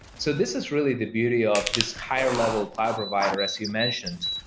so this is really the beauty of this higher level cloud provider as you mentioned,